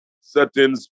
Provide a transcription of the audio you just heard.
certain